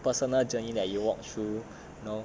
personal journey that you walk through you know